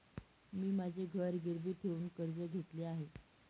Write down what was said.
मी माझे घर गिरवी ठेवून कर्ज घेतले आहे